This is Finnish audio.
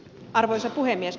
arvoisa puhemies